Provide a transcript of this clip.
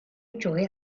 enjoy